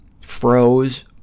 froze